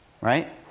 right